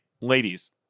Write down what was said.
ladies